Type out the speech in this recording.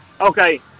Okay